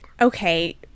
Okay